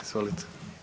Izvolite.